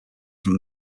from